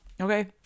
Okay